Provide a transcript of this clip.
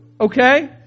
Okay